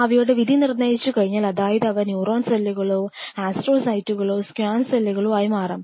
അവയുടെ വിധി നിർണയിച്ചു കഴിഞ്ഞാൽഅതായതു അവർ ന്യൂറോൺ സെല്ലുകളോ അസ്ട്രോസൈറ്റുകളോ സ്ക്വൻ സെല്ലുകല്ലോ ആയി മാറാം